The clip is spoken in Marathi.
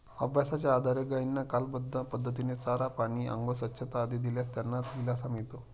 अभ्यासाच्या आधारे गायींना कालबद्ध पद्धतीने चारा, पाणी, आंघोळ, स्वच्छता आदी दिल्यास त्यांना दिलासा मिळतो